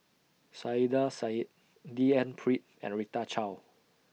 Saiedah Said D N Pritt and Rita Chao